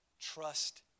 Trust